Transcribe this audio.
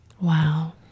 Wow